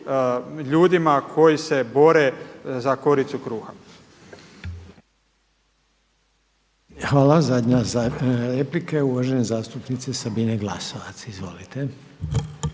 ljudima koji se bore za koricu kruha. **Reiner, Željko (HDZ)** Hvala. Zadnja replika je uvažene zastupnice Sabine Glasovac. Izvolite.